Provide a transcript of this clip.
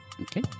Okay